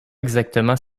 exactement